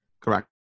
Correct